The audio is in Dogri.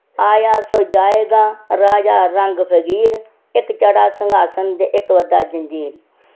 आया सो जायेगा राजा रंग फकीर इक चढ़ा संघासन ते इक बद्धा जंजीर